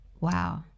Wow